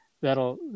that'll